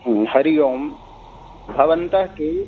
हरि ओं भवन्तः के